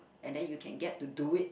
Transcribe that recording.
and then you can get to do it